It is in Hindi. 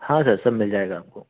हाँ सर सब मिल जाएगा आपको